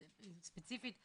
ספציפית,